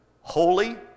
holy